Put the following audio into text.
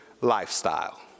lifestyle